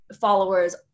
followers